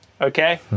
Okay